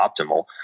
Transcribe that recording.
optimal